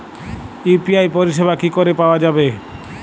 UPI পরিষেবা কি করে পাওয়া যাবে?